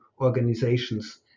organizations